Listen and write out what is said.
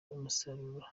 umusaruro